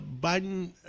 Biden